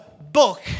book